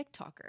TikToker